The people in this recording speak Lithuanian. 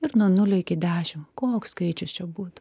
ir nuo nulio iki dešim koks skaičius čia būtų